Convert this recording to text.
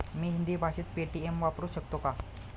मी हिंदी भाषेत पेटीएम वापरू शकतो का?